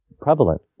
prevalent